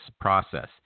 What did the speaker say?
process